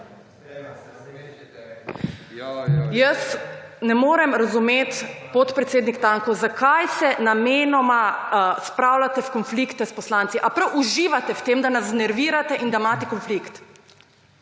Jaz ne morem razumeti, podpredsednik Tanko, zakaj se namenoma spravljate v konflikte s poslanci. A prav uživate v tem, da nas znervirate in da imate konflikt?